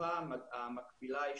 בתקופה המקבילה אשתקד.